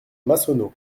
massonneau